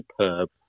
superb